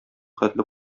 хәтле